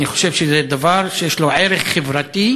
אני חושב שזה דבר שיש לו ערך חברתי,